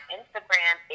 Instagram